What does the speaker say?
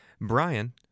Brian